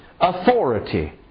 authority